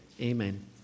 Amen